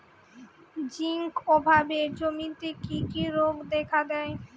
Zinc অভাবে জমিতে কি কি রোগ দেখাদেয়?